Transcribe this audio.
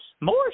more